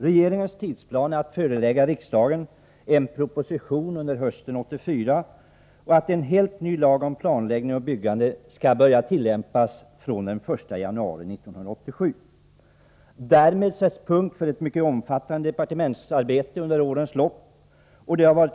Regeringens tidsplan är att förelägga riksdagen en proposition under hösten 1984 och att en helt ny lag om planläggning och byggande skall börja tillämpas från den 1 januari 1987. Därmed sätts punkt för ett mycket omfattande departementsarbete under årenslopp.